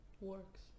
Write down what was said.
works